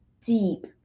deep